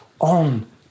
on